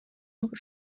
not